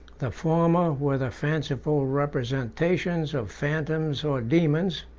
the former were the fanciful representations of phantoms or daemons,